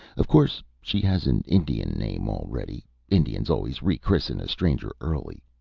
of course she has an indian name already indians always rechristen a stranger early.